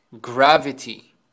gravity